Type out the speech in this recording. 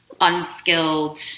Unskilled